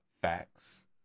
facts